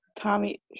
Tommy